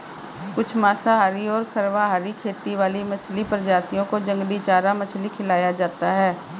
कुछ मांसाहारी और सर्वाहारी खेती वाली मछली प्रजातियों को जंगली चारा मछली खिलाया जाता है